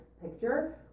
picture